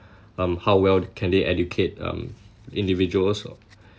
um how well can they educate um individuals